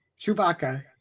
Chewbacca